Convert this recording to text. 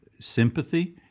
sympathy